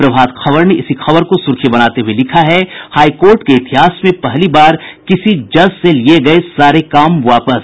प्रभात खबर ने इसी खबर को सुर्खी बनाते हुये लिखा है हाई कोर्ट के इतिहास में पहली बार किसी जज से लिये गये सारे काम वापस